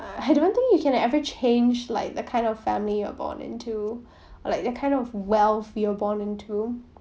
uh I don't think you can ever change like the kind of family you're born into like the kind of wealth we are born into